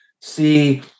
see